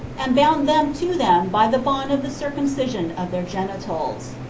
and bound them to them by the bond of the circumcision of their genitals.